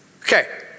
Okay